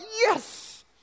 yes